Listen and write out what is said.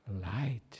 light